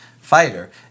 fighter